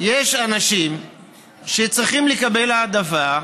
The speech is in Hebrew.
יש אנשים שצריכים לקבל העדפה,